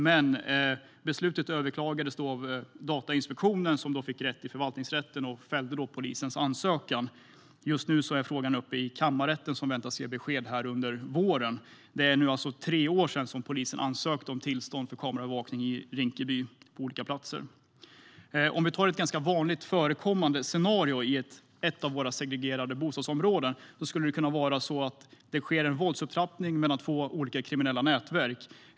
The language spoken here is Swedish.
Men beslutet överklagades av Datainspektionen som fick rätt i förvaltningsrätten och fällde polisens ansökan. Just nu är frågan uppe i kammarrätten som väntas lämna besked under våren. Det är nu alltså tre år sedan polisen ansökte om tillstånd för kameraövervakning på olika platser i Rinkeby. Ett ganska vanligt förekommande scenario i ett av våra segregerade bostadsområden är en våldsupptrappning mellan två kriminella nätverk.